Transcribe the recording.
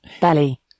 Belly